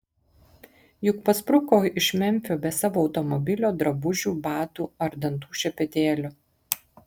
juk paspruko iš memfio be savo automobilio drabužių batų ar dantų šepetėlio